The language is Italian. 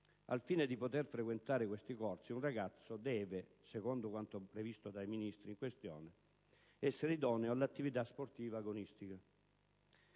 Al fine di poter frequentare questi corsi, infatti, un ragazzo deve, secondo quanto previsto dai Ministri in questione, essere idoneo all'attività sportiva agonistica.